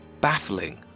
baffling